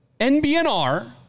NBNR